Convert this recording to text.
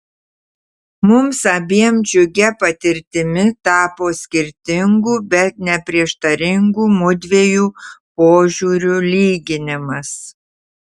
mums abiem džiugia patirtimi tapo skirtingų bet ne prieštaringų mudviejų požiūrių lyginimas